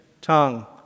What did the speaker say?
tongue